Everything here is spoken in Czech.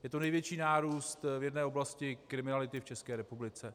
Je to největší nárůst v jedné oblasti kriminality v České republice.